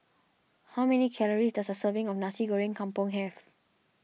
how many calories does a serving of Nasi Goreng Kampung have